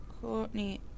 Courtney